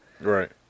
Right